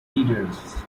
leaders